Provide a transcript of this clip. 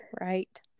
right